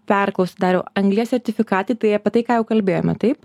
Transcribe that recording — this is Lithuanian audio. perklaust dariau anglies sertifikatai tai apie tai ką jau kalbėjome taip